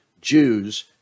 Jews